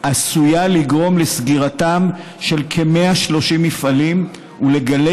עשויה לגרום לסגירתם של כ-130 מפעלים ולגלי